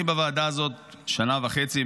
אני בוועדה הזאת שנה וחצי,